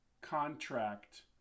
contract